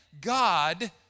God